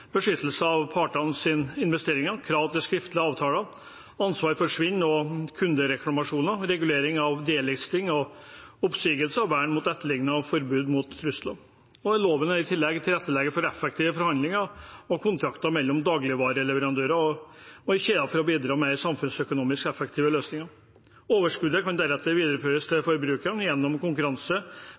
beskyttelse av partenes investeringer, krav til skriftlige avtaler, ansvar for svinn og kundereklamasjoner, regulering av «delisting» og oppsigelse, vern mot etterligninger og forbud mot trusler. Loven skal i tillegg tilrettelegge for effektive forhandlinger og kontrakter mellom dagligvareleverandører og -kjeder for å bidra med samfunnsøkonomisk effektive løsninger. Overskuddet kan deretter videreføres til forbrukerne gjennom konkurranse